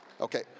Okay